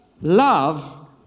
Love